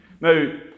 Now